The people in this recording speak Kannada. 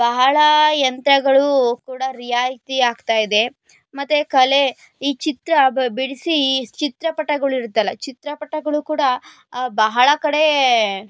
ಬಹಳ ಯಂತ್ರಗಳು ಕೂಡ ರಿಯಾಯಿತಿ ಆಗ್ತಾ ಇದೆ ಮತ್ತು ಕಲೆ ಈ ಚಿತ್ರ ಬಿಡಿಸಿ ಚಿತ್ರಪಟಗಳಿರುತ್ತಲ್ಲ ಚಿತ್ರಪಟಗಳು ಕೂಡ ಬಹಳ ಕಡೆ